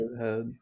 head